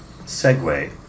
segue